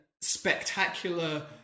spectacular